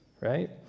right